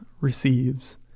receives